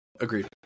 Agreed